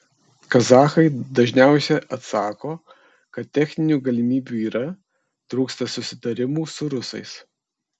kazachai dažniausiai atsako kad techninių galimybių yra trūksta susitarimų su rusais